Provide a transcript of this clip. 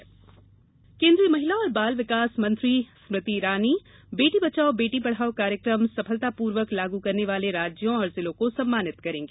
बेटी बचाओं बेटी पढ़ाओं महिला और बाल विकास मंत्री स्मृति ईरानी बेटी बचाओ बेटी पढ़ाओ कार्यक्रम सफलता पूर्वक लागू करने वाले राज्यों और जिलों को सम्मानित करेंगी